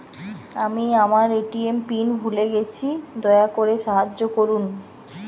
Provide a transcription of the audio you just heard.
আমি আমার ATM PIN ভুলে গেছি, দয়া করে সাহায্য করুন